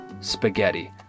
spaghetti